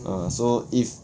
ah so if